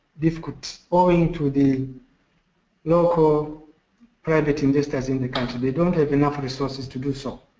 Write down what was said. difficult going to the local private investors in the country. they don't have enough resources to do so.